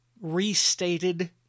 restated